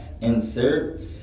inserts